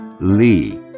Lee